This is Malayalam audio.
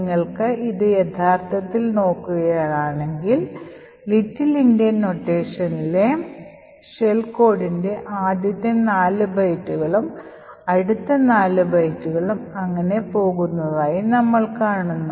നിങ്ങൾ ഇത് യഥാർത്ഥത്തിൽ നോക്കുകയാണെങ്കിൽ ലിറ്റിൽ എൻഡിയൻ നൊട്ടേഷനിലെ ഷെൽ കോഡിന്റെ ആദ്യത്തെ നാല് ബൈറ്റുകളും അടുത്ത നാല് ബൈറ്റുകളും അങ്ങിനെ പോകുന്നതായി നമ്മൾ കാണുന്നു